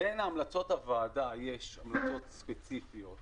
בין המלצות הוועדה יש המלצות ספציפיות